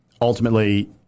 ultimately